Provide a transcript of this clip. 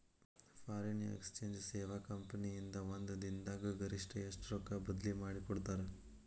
Foreign exchange ಸೇವಾ company ಇಂದಾ ಒಂದ್ ದಿನ್ ದಾಗ್ ಗರಿಷ್ಠ ಎಷ್ಟ್ ರೊಕ್ಕಾ ಬದ್ಲಿ ಮಾಡಿಕೊಡ್ತಾರ್?